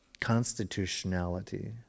constitutionality